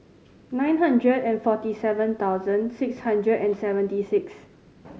nine hundred and forty seven thousand six hundred and seventy six